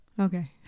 Okay